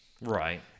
Right